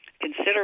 consider